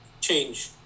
Change